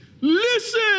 Listen